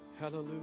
Hallelujah